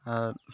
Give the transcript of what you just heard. ᱟᱨ